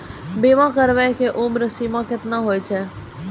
बीमा कराबै के उमर सीमा केतना होय छै?